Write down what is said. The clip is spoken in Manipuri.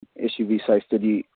S U V ꯁꯥꯏꯖꯇꯗꯤ